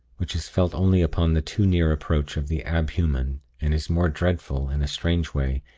which is felt only upon the too near approach of the ab-human, and is more dreadful, in a strange way,